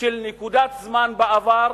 של נקודת זמן בעבר